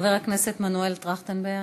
חבר הכנסת מנואל טרכטנברג,